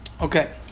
Okay